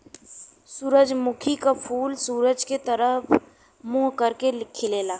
सूरजमुखी क फूल सूरज के तरफ मुंह करके खिलला